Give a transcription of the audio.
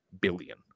billion